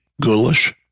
Ghoulish